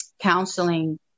counseling